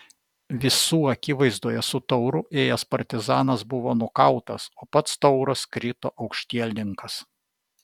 visų akivaizdoje su tauru ėjęs partizanas buvo nukautas o pats tauras krito aukštielninkas